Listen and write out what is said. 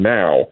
now